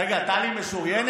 רגע, טלי משוריינת?